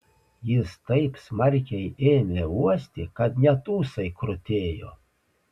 jis taip smarkiai ėmė uosti kad net ūsai krutėjo